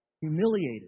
humiliated